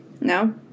no